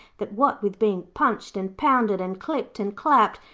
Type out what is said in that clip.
that what with being punched and pounded, and clipped and clapped,